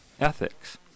Ethics